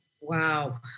Wow